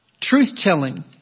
truth-telling